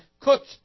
cooked